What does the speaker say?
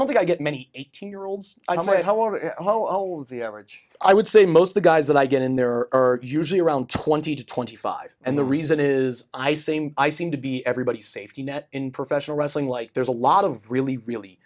don't think i get many eighteen year olds and say whoa whoa whoa oh well that's the average i would say most of the guys that i get in there are usually around twenty to twenty five and the reason is i seem i seem to be everybody's safety net in professional wrestling like there's a lot of really really